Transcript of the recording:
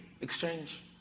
exchange